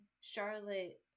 Charlotte